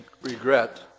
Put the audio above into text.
regret